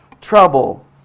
trouble